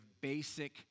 basic